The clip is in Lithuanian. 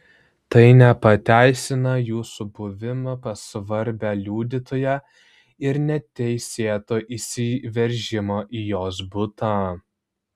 tai nepateisina jūsų buvimo pas svarbią liudytoją ir neteisėto įsiveržimo į jos butą